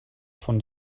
von